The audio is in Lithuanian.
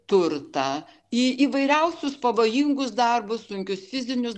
turtą į įvairiausius pavojingus darbus sunkius fizinius